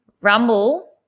Rumble